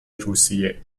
روسیه